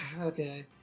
okay